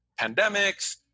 pandemics